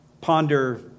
ponder